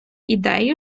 ідею